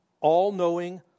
all-knowing